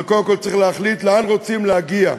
אבל קודם כול צריך להחליט לאן רוצים להגיע,